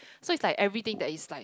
so like is everything that is like